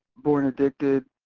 born addicted.